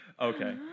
Okay